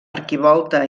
arquivolta